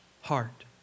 heart